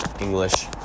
English